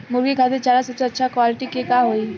मुर्गी खातिर चारा सबसे अच्छा क्वालिटी के का होई?